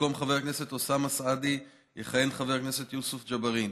במקום חבר הכנסת אוסאמה סעדי יכהן חבר הכנסת יוסף ג'בארין,